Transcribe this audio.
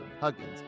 Huggins